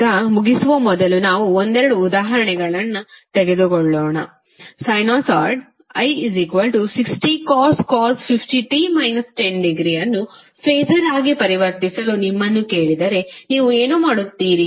ಈಗ ಮುಚ್ಚುವ ಮೊದಲು ನಾವು ಒಂದೆರಡು ಉದಾಹರಣೆಗಳನ್ನು ತೆಗೆದುಕೊಳ್ಳೋಣ ಸೈನುಸಾಯ್ಡ್ i6cos 50t 10° ಅನ್ನು ಫಾಸರ್ ಆಗಿ ಪರಿವರ್ತಿಸಲು ನಿಮ್ಮನ್ನು ಕೇಳಿದರೆ ನೀವು ಏನು ಮಾಡುತ್ತೀರಿ